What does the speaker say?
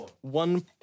one